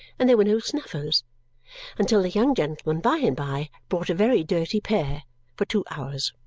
and there were no snuffers until the young gentleman by and by brought a very dirty pair for two hours.